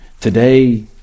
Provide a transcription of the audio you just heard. today